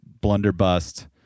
blunderbust